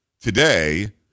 today